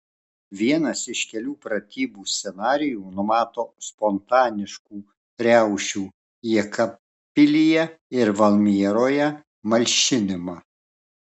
vienas iš kelių pratybų scenarijų numato spontaniškų riaušių jekabpilyje ir valmieroje malšinimą